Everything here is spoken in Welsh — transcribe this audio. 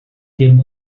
dim